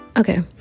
Okay